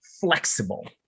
flexible